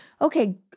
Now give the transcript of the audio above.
okay